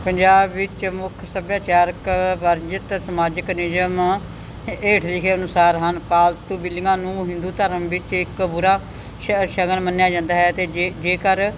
ਪੰਜਾਬ ਵਿੱਚ ਮੁੱਖ ਸੱਭਿਆਚਾਰਕ ਵਰਜਿਤ ਸਮਾਜਿਕ ਨਿਯਮ ਹੇਠ ਲਿਖੇ ਅਨੁਸਾਰ ਹਨ ਪਾਲਤੂ ਬਿੱਲੀਆਂ ਨੂੰ ਹਿੰਦੂ ਧਰਮ ਵਿੱਚ ਇੱਕ ਬੁਰਾ ਸ਼ ਸ਼ਗਨ ਮੰਨਿਆ ਜਾਂਦਾ ਹੈ ਤੇ ਜੇ ਜੇਕਰ